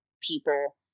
people